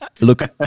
Look